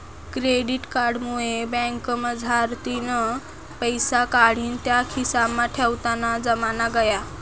credit card मुये बँकमझारतीन पैसा काढीन त्या खिसामा ठेवताना जमाना गया